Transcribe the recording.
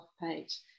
page